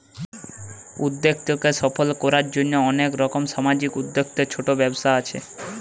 উদ্যোক্তাকে সফল কোরার জন্যে অনেক রকম সামাজিক উদ্যোক্তা, ছোট ব্যবসা আছে